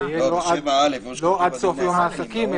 שלא יהיה עד סוף יום העסקים,